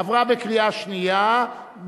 עברה בקריאה שנייה,